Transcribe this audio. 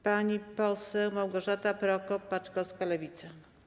Pani poseł Małgorzata Prokop-Paczkowska, Lewica.